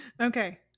Okay